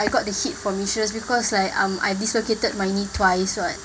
I got the heat from insurance because like um I dislocated my knee twice so I